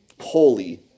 holy